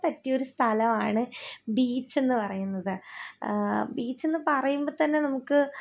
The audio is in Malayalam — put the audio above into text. ഒക്കെ പറ്റിയൊരു സ്ഥലമാണ് ബീച്ചെന്നു പറയുന്നത് ബീച്ചെന്ന് പറയുമ്പോൾ തന്നെ നമുക്ക്